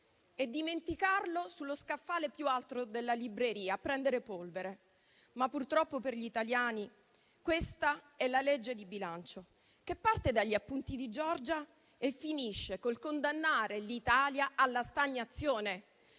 e dimenticarlo sullo scaffale più alto della libreria a prendere polvere. Purtroppo per gli italiani, però, questa è la legge di bilancio, che parte dagli appunti di Giorgia e finisce col condannare l'Italia alla stagnazione,